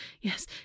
Yes